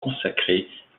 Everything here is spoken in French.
consacrées